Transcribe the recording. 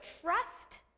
trust